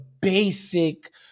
basic